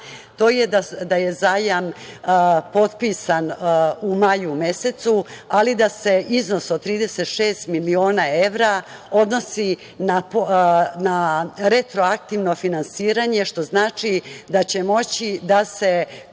to je da je zajam potpisan u maju mesecu, ali da se iznos od 36 miliona evra odnosi na retro aktivno finansiranje što znači da će moći da se